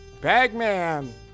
Bagman